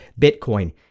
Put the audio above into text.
Bitcoin